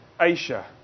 Asia